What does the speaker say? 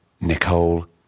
Nicole